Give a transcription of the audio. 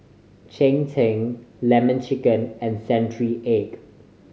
cheng tng Lemon Chicken and century egg